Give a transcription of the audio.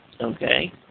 Okay